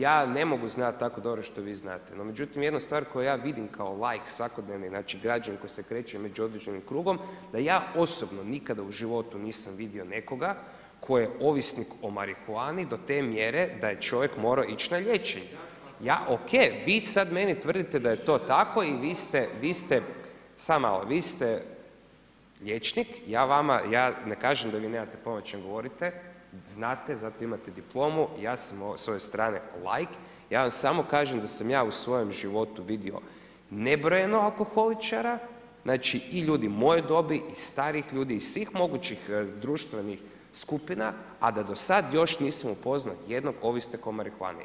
Ja ne mogu znat tako dobro što vi znate, međutim jednu stvar koju ja vidim kao laik svakodnevni, znači građanin koji se kreće među određenim krugom, da ja osobno nikada u životu nisam vidio nekoga tko je ovisnik u marihuani do te mjere da je čovjek morao ići na liječenje. … [[Upadica se ne čuje.]] Ok, vi sad meni tvrdite da je to tako i vi ste, samo malo, vi ste liječnik, ja ne kažem da vi nemate pojma o čem govorite, znate, zato imate diplomu, ja sam s ove strane laik, ja vam samo kažem da sam ja u svojem životu vidio nebrojeno alkoholičara i ljudi moje dobi i starijih ljudi i svih mogućih društvenih skupina, a da do sad još nisam upoznao jednog ovisnika o marihuani.